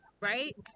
right